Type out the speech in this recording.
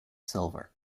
silver